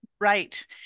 Right